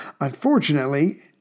unfortunately